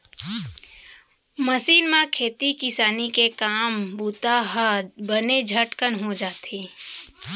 machine म खेती किसानी के काम बूता ह बने झटकन हो जाथे